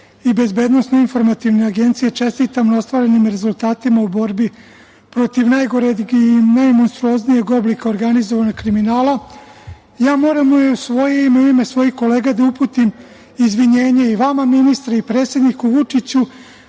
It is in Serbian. da pripadnicima MUP-a i BIA čestitam na ostvarenim rezultatima u borbi protiv najgoreg i najmonstruoznijeg oblika organizovanog kriminala, ja moram u svoje ime, u ime svojih kolega da uputim izvinjenje i vama ministre i predsedniku Vučiću,